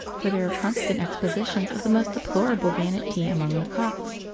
for there are constant expositions of the most deplorable vanity among the cocks.